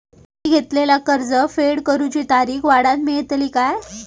मी घेतलाला कर्ज फेड करूची तारिक वाढवन मेलतली काय?